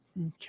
Okay